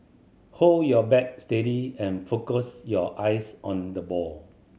hold your bat steady and focus your eyes on the ball